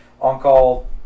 on-call